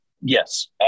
Yes